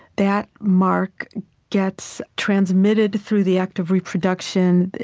that mark gets transmitted through the act of reproduction.